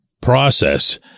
process